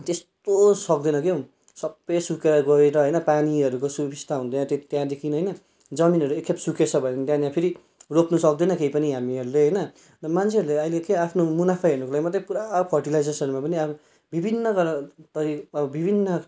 त्यस्तो सक्दैन के हो सबै सुकेर गएर होइन पानीहरूको सुबिस्ता हुँदा त्यहाँदेखि होइन जमिनहरू एक खेप सुकेछ भने त्यहाँनिर फेरि रोप्नु सक्दैन केही पनि हामीहरूले होइन मान्छेहरूले अहिले क्या आफ्नो मुनाफा हेर्नुको लागि मात्रै पुरा फर्टिलाइजर्सहरूमा पनि अब विभिन्न तर थरी अब विभिन्न